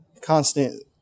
constant